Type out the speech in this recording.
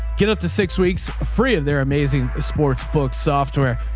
get up to six weeks free of their amazing sports books. software.